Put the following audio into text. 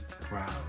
proud